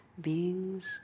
Beings